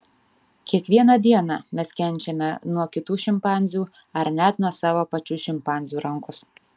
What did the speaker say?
kiekvieną dieną mes kenčiame nuo kitų šimpanzių ar net nuo savo pačių šimpanzių rankos